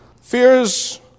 fears